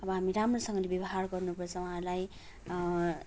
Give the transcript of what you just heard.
अब हामी राम्रोसँगले व्यवहार गर्नुपर्छ उहाँहरूलाई